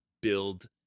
build